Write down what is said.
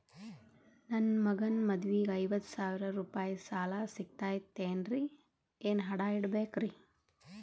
ನನ್ನ ಮಗನ ಮದುವಿಗೆ ಐವತ್ತು ಸಾವಿರ ರೂಪಾಯಿ ಸಾಲ ಸಿಗತೈತೇನ್ರೇ ಏನ್ ಅಡ ಇಡಬೇಕ್ರಿ?